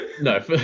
no